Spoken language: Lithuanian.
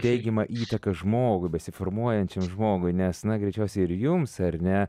teigiamą įtaką žmogui besiformuojančiam žmogui nes na greičiausiai ir jums ar ne